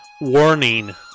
Warning